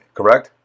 correct